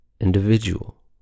Individual